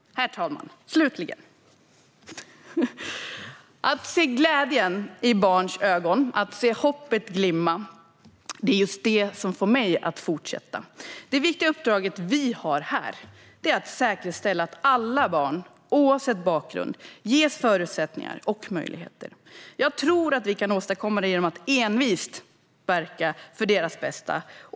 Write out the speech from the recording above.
Herr talman! Att se glädjen i barns ögon och att se hoppet glimma är just det som får mig att fortsätta. Det viktiga uppdrag vi har här är att säkerställa att alla barn, oavsett bakgrund, ges förutsättningar och möjligheter. Jag tror att vi kan åstadkomma det genom att envist verka för deras bästa.